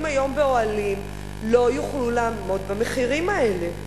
היום באוהלים לא יוכלו לעמוד במחירים האלה.